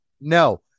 no